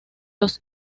sus